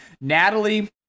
Natalie